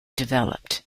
developed